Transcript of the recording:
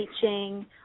teaching